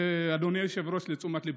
זה, אדוני היושב-ראש, לתשומת ליבך.